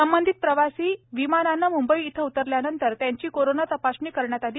संबंधित प्रवाशी विमानाने मूंबई येथे उतरल्यानंतर त्यांची कोरोना तपासणी करण्यात आली